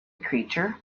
creature